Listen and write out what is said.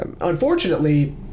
unfortunately